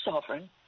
sovereign